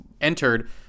entered